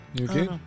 okay